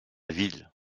ville